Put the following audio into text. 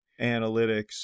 analytics